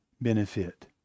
benefit